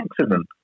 accident